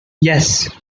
yes